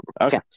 Okay